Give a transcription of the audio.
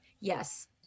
Yes